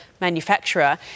manufacturer